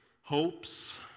hopes